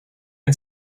and